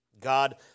God